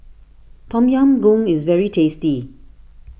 Tom Yam Goong is very tasty